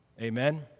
Amen